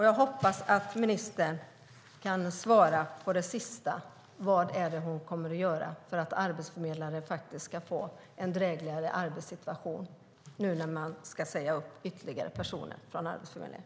Jag hoppas att ministern kan svara på den sista frågan. Vad kommer hon att göra för att arbetsförmedlare ska få en drägligare arbetssituation nu när man ska säga upp ytterligare personer från Arbetsförmedlingen?